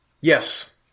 Yes